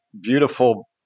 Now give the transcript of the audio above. beautiful